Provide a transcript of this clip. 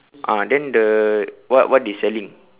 ah then the what what they selling